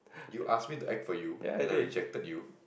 you asked me to act for you and I rejected you